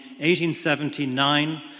1879